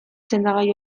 sendagai